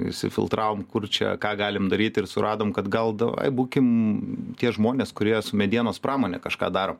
išsifiltravom kur čia ką galim daryti ir suradom kad gal davai būkim tie žmonės kurie su medienos pramone kažką daro